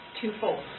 twofold